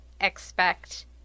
expect